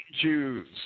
Jews